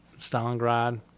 Stalingrad